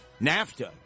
NAFTA